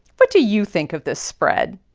what do you think of this spread?